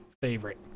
favorite